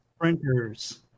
printers